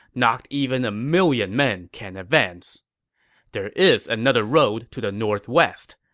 not even a million men can advance there is another road to the northwest.